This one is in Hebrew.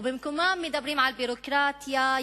ובמקומם מדברים על ביורוקרטיה,